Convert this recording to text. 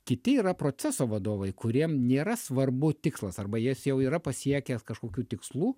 kiti yra proceso vadovai kuriem nėra svarbu tikslas arba jas jau yra pasiekęs kažkokių tikslų